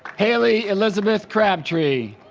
haley elizabeth crabtree